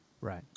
Right